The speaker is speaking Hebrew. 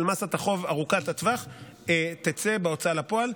מאסת החוב ארוכת הטווח תצא בהוצאה לפועל.